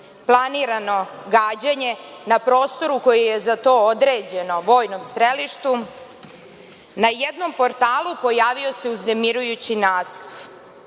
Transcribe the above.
planirano gađanje na prostoru koji je za to određen, na vojnom strelištu, na jednom portalu pojavio se uznemirujući naslov